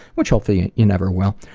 which hopefully you never will.